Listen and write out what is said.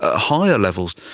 ah higher levels.